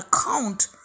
account